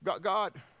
God